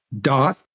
dot